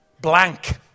blank